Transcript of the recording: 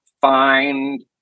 find